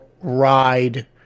ride